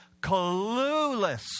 clueless